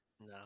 No